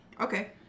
Okay